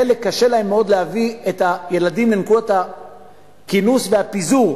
חלק קשה להם מאוד להביא את הילדים לנקודות הכינוס והפיזור,